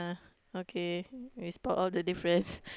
okay we spot all the difference